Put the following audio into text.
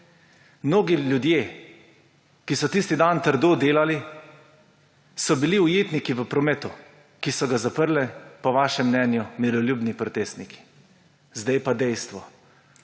Mnogi ljudje, ki so tisti dan trdo delali so bili ujetniki v prometu, ki so ga zaprli po vašem mnenju miroljubni protestniki. Zdaj pa dejstvo: